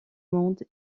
monde